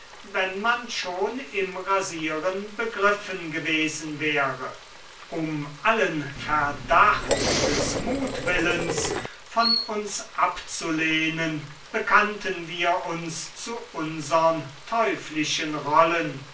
wenn man schon im rasieren begriffen gewesen wäre um allen verdacht des mutwillens von uns abzulehnen bekannten wir uns zu unsern teuflischen rollen